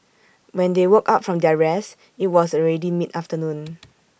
when they woke up from their rest IT was already mid afternoon